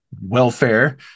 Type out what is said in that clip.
welfare